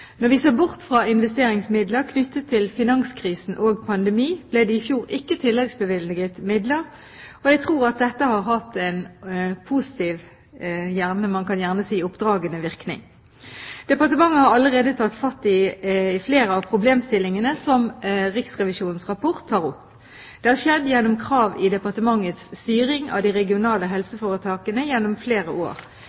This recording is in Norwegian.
Når vi ser bort fra investeringsmidler knyttet til finanskrisen og pandemi, ble det i fjor ikke tilleggsbevilget midler. Jeg tror at dette har hatt en positiv – man kan gjerne si – oppdragende virkning. Departementet har allerede tatt fatt i flere av problemstillingene som Riksrevisjonens rapport tar opp. Det har skjedd gjennom krav i departementets styring av de regionale